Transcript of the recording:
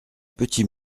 petit